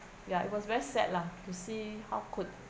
ya it was very sad lah to see how could